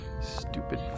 Stupid